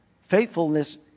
Faithfulness